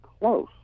close